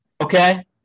okay